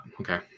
Okay